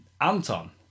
Anton